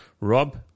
Rob